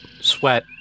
Sweat